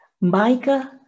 Micah